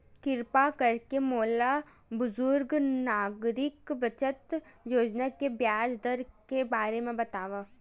किरपा करके मोला बुजुर्ग नागरिक बचत योजना के ब्याज दर के बारे मा बतावव